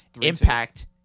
Impact